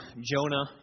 Jonah